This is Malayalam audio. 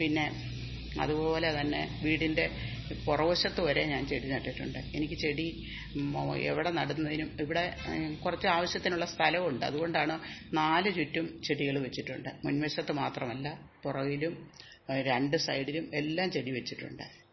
പിന്നെ അതുപോലെ തന്നെ വീടിൻ്റെ പുറക്വശത്ത് വരെ ഞാൻ ചെടി നട്ടിട്ടുണ്ട് എനിക്ക് ചെടി എവിടെ നടുന്നതിനും ഇവിടെ കുറച്ച് ആവശ്യത്തിനുള്ള സ്ഥലമുണ്ട് അതുകൊണ്ടാണ് നാലുചുറ്റും ചെടികൾ വെച്ചിട്ടുണ്ട് മുൻവശത്ത് മാത്രമല്ല പുറകിലും രണ്ട് സൈഡിലും എല്ലാം ചെടിവെച്ചിട്ടുണ്ട്